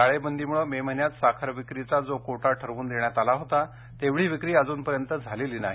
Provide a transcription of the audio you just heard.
टाळेबंदीमुळं मे महिन्यात साखर विक्रीचा जो कोटा ठरवून देण्यात आला होता तेवढी विक्री अजूनपर्यंत झालेली नाही